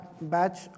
batch